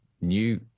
new